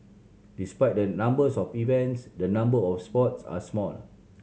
despite the numbers of events the number of sports are small